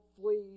flee